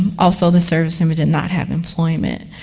also, the service member did not have employment.